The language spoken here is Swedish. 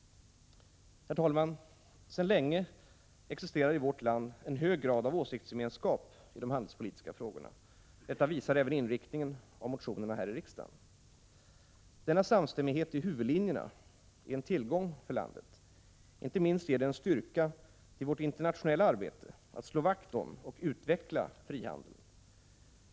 Herr talman! Sedan länge existerar i vårt land en hög grad av åsiktsgemenskap i de handelspolitiska frågorna. Detta visar även inriktningen av motionerna här i riksdagen. Denna samstämmighet i huvudlinjerna är en tillgång för landet — inte minst ger den styrka till vårt internationella arbete med att slå vakt om och utveckla frihandeln.